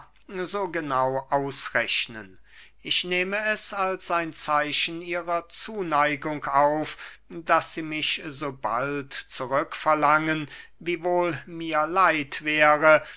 so genau ausrechnen ich nehme es als ein zeichen ihrer zuneigung auf daß sie mich so bald zurück verlangen wiewohl mir leid wäre